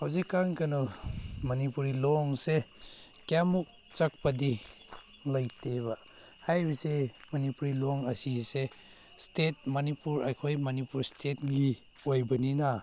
ꯍꯧꯖꯤꯛ ꯀꯥꯟ ꯀꯩꯅꯣ ꯃꯅꯤꯄꯨꯔꯤ ꯂꯣꯟꯁꯦ ꯀꯌꯥꯃꯨꯛ ꯆꯠꯄꯗꯤ ꯂꯩꯇꯦꯕ ꯍꯥꯏꯕꯁꯦ ꯃꯅꯤꯄꯨꯔꯤ ꯂꯣꯟ ꯑꯁꯤꯁꯦ ꯏꯁꯇꯦꯠ ꯃꯅꯤꯄꯨꯔ ꯑꯩꯈꯣꯏ ꯃꯅꯤꯄꯨꯔ ꯏꯁꯇꯦꯠꯀꯤ ꯑꯣꯏꯕꯅꯤꯅ